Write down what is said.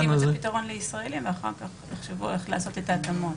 צריך למצוא פתרון לישראלים ואחר-כך יחשבו איך לעשות את ההתאמות.